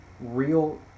real